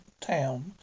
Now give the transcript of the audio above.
town